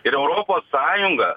ir europos sąjunga